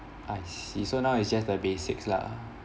I see so now it's just the basics lah